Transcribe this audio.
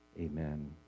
Amen